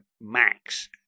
Max